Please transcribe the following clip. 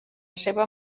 seva